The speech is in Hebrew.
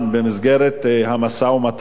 במסגרת המשא-ומתן,